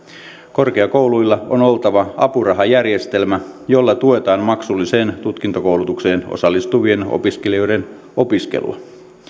korkeakouluilla on oltava apurahajärjestelmä jolla tuetaan maksulliseen tutkintokoulutukseen osallistuvien opiskelijoiden opiskelua